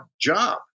job